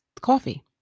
coffee